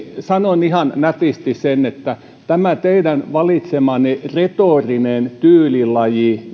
sanon ihan nätisti sen että tämä teidän valitsemanne retorinen tyylilaji